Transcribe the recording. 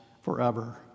forever